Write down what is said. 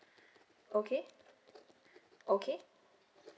okay okay